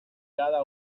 cada